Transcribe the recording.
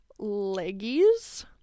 Leggies